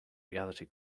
reality